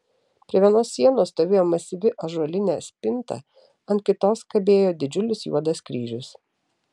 prie vienos sienos stovėjo masyvi ąžuolinė spinta ant kitos kabėjo didžiulis juodas kryžius